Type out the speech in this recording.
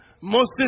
Moses